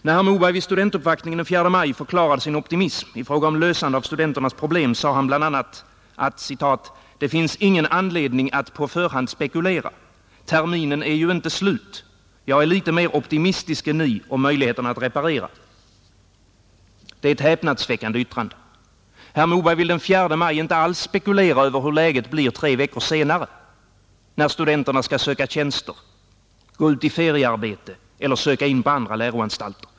När herr Moberg vid studentuppvaktningen den 4 maj förklarade sin optimism i fråga om lösande av studenternas problem sade han bl, a, att ”det finns ingen anledning att på förhand spekulera. Terminen är ju inte slut. Jag är litet mer optimistisk än ni är om möjligheterna att reparera.” Det är ett häpnandsväckande yttrande. Herr Moberg vill den 4 maj inte alls spekulera över hur läget blir tre veckor senare — när studenterna skall söka tjänster, gå ut i feriearbete eller söka in på andra läroanstalter.